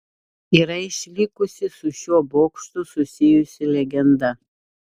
yra išlikusi su šiuo bokštu susijusi legenda